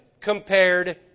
compared